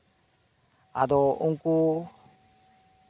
ᱟᱫᱚ ᱩᱱᱠᱩ